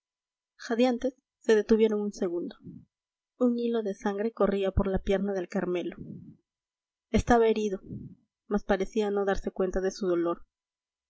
jadeantes se detuvieron un segundo un hilo de sangre corría por la pierna del carmelo estaba herido más parecía no darse cuenia de su dolor